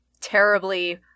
terribly